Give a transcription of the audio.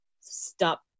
Stop